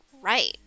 right